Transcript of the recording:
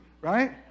right